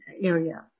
area